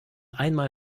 einmal